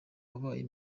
wabaye